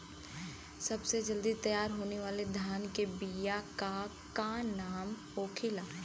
सबसे जल्दी तैयार होने वाला धान के बिया का का नाम होखेला?